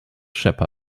shepherd